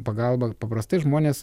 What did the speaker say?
pagalba paprastai žmones